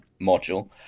module